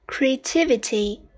Creativity